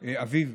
אביו,